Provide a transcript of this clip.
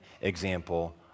example